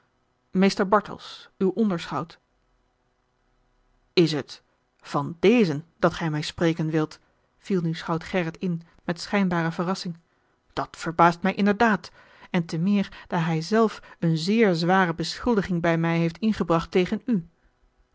mr bartels uw onderschout is t van dezen dat gij mij spreken wilt viel nu schout gerrit in met schijnbare verrassing dat verbaast mij inderdaad en te meer daar hij zelf eene zeer zware beschuldiging bij mij heeft ingebracht tegen u